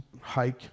hike